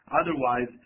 otherwise